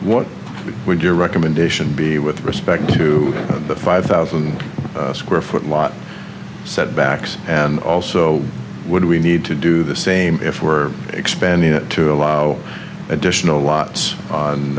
what would your recommendation be with respect to the five thousand square foot lot setbacks and also would we need to do the same if we're expanding it to allow additional lots o